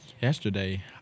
yesterday